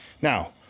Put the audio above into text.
Now